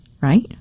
right